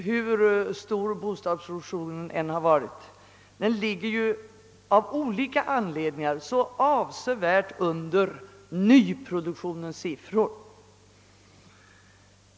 Hur stor bostadsproduktionen än har varit, ligger av olika anledningar nettotillskottet avsevärt under nyproduktionens siffror.